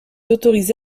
autorisé